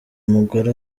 umugore